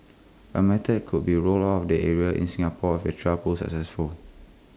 the method could be rolled out the areas in Singapore if the trial proves successful